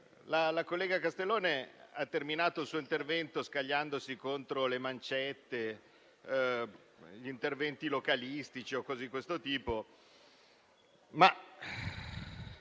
La collega Castellone ha terminato il suo intervento scagliandosi contro le mancette, gli interventi localistici o cose di questo tipo.